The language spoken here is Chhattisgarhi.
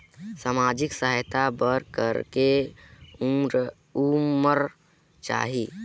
समाजिक सहायता बर करेके उमर चाही?